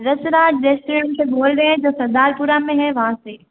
रसराज restaurant से बोल रहे हैं जो सरदारपुरा में है वहाँ से